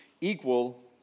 equal